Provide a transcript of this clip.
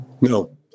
No